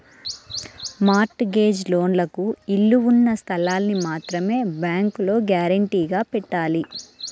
mart gauge లోన్లకు ఇళ్ళు ఉన్న స్థలాల్ని మాత్రమే బ్యేంకులో గ్యారంటీగా పెట్టాలి